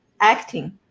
acting